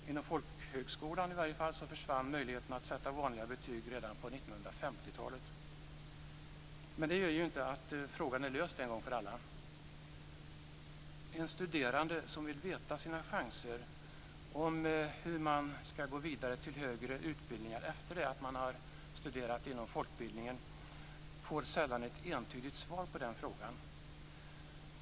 Inom folkhögskolan försvann möjligheten att sätta vanliga betyg redan på 1950-talet. Men detta gör inte att frågan är löst en gång för alla. En studerande som vill veta vilka chanser han har att gå vidare till högre utbildningar efter det att han har studerat inom folkbildningen får sällan ett entydigt svar på den frågan.